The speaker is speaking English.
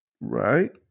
Right